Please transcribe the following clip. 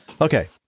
okay